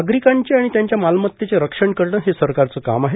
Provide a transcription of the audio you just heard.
नागरिकांचे आणि त्यांच्या मालमत्तेचे रक्षण करणे हे सरकारचं काम आहे